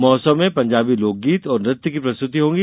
महोत्सव में पंजाबी लोकगीत और नृत्य की प्रस्तुति होगी